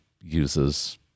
uses